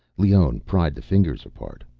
leone pried the fingers apart.